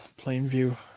Plainview